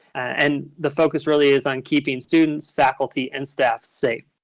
and the focus really is on keeping students, faculty and staff safe.